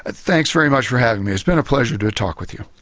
and thanks very much for having me, it's been a pleasure to talk with you.